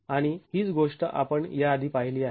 आणि हीच गोष्ट आपण याआधी पाहिली आहे